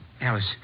Alice